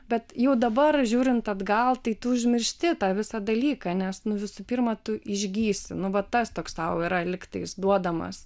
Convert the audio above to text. bet jau dabar žiūrint atgal tai tu užmiršti tą visą dalyką nes visų pirma tu išgysi nu va tas toks tau yra lygtais duodamas